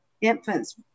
infant's